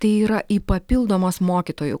tai yra į papildomas mokytojų